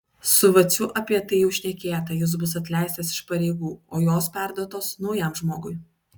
su vaciu apie tai jau šnekėta jis bus atleistas iš pareigų o jos perduotos naujam žmogui